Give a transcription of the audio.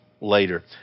later